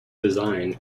design